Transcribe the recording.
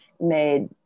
made